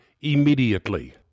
immediately